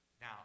Now